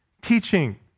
teaching